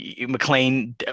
mclean